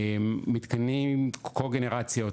מתקנים קוגנרציות,